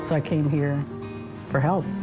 so i came here for help.